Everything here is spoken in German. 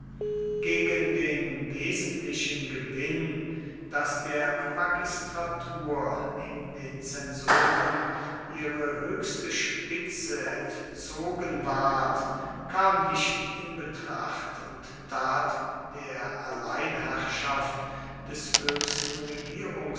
gegen den wesentlichen gewinn daß der magistratur